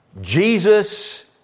Jesus